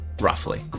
roughly